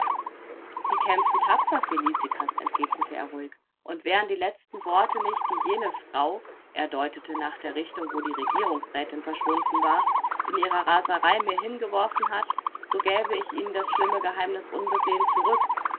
sie kämpfen tapfer felicitas entgegnete er ruhig und wären die letzten worte nicht die jene frau er deutete nach der richtung wo die regierungsrätin verschwunden war in ihrer raserei mir hingeworfen hat so gäbe ich ihnen das schlimme geheimnis unbesehen zurück